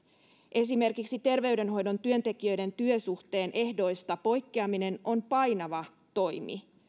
esimerkiksi terveydenhoidon työntekijöiden työsuhteen ehdoista poikkeaminen on painava toimi